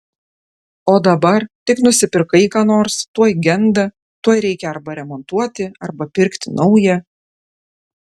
o dabar tik nusipirkai ką nors tuoj genda tuoj reikia arba remontuoti arba pirkti naują